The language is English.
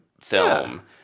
film